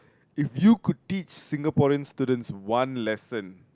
if you could teach Singaporean students one lesson